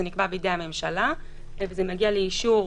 זה נקבע בידי הממשלה ומגיע לאישור